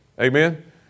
Amen